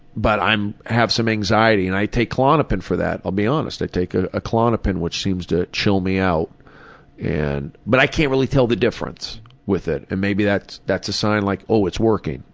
but i have some anxiety and i take klonopin for that, i'll be honest. i take a ah klonopin, which seems to chill me out and but i can't really tell the difference with it, and maybe that's that's a sign like oh it's working.